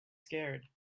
scared